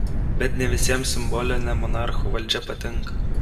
bet ne visiems simbolinė monarchų valdžia patinka